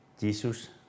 Jesus